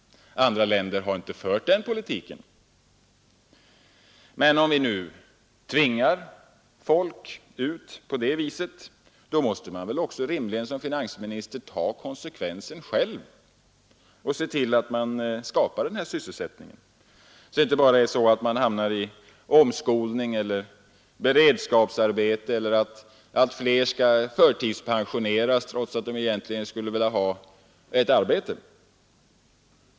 Andra länder har inte fört den politiken. Men om vi nu tvingar ut folk på det viset, måste man väl också som finansminister rimligen ta konsekvensen och se till att det skapas sysselsättning, så att människorna inte bara hamnar i omskolning eller beredskapsarbeten och så att inte allt fler blir förtidspensionerade trots att de egentligen skulle vilja fortsätta att arbeta.